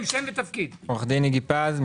לא הבנתי את